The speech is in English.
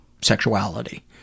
sexuality